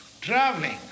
traveling